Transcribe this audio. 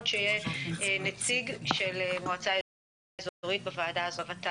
שיהיה נציג של מועצה אזורית בוועדה הזאת.